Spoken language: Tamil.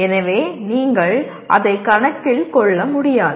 எனவே நீங்கள் அதை கணக்கில் கொள்ள முடியாது